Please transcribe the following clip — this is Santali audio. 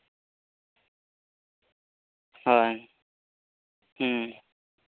ᱦᱚᱭ ᱦᱩᱸ